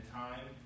time